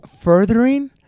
Furthering